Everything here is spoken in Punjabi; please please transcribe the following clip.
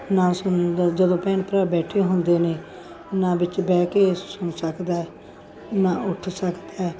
ਨਾ ਸੁਣਦਾ ਜਦੋਂ ਭੈਣ ਭਰਾ ਬੈਠੇ ਹੁੰਦੇ ਨੇ ਨਾ ਵਿੱਚ ਬਹਿ ਕੇ ਸੁਣ ਸਕਦਾ ਨਾ ਉੱਠ ਸਕਦਾ